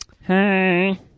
Hey